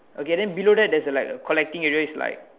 okay the below there there's like a collecting area is like